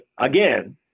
again